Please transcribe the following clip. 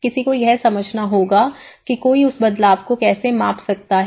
किसी को यह समझना होगा कि कोई उस बदलाव को कैसे माप सकता है